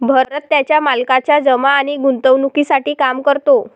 भरत त्याच्या मालकाच्या जमा आणि गुंतवणूकीसाठी काम करतो